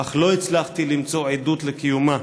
אך לא הצלחתי למצוא עדות לקיומה.